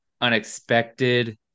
unexpected